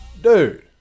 Dude